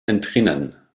entrinnen